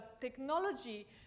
technology